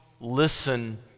listen